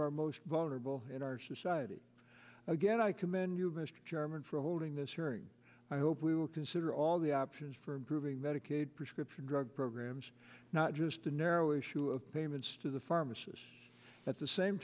are most vulnerable in our society again i commend you mr chairman for holding this hearing i hope we will consider all the options for improving medicaid prescription drug programs not just the narrow issue of payments to the pharmacist at the same